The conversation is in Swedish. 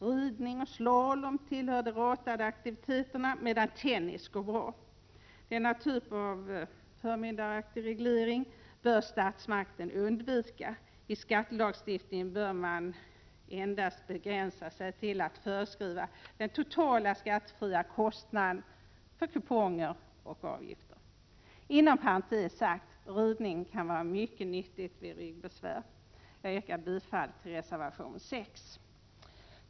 Ridning och slalom tillhör de ratade aktiviteterna, medan tennis går bra. Denna typ av förmyndaraktig reglering bör statsmakten undvika. I skattelagstiftningen bör man endast begränsa sig till att föreskriva den totala skattefria kostnaden för kuponger och avgifter. Inom parentes sagt: Ridning kan vara mycket nyttigt vid ryggbesvär. Jag yrkar bifall till reservation 6.